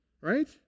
Right